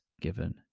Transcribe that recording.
given